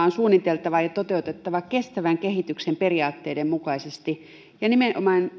on suunniteltava ja toteutettava kestävän kehityksen periaatteiden mukaisesti ja nimenomaan